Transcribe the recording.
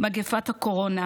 מגפת הקורונה,